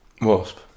Wasp